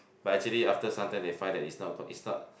but actually after sometime they find that is not good is not